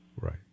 Right